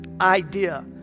idea